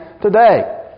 today